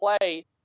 play